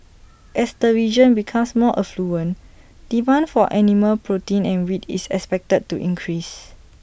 as the region becomes more affluent demand for animal protein and wheat is expected to increase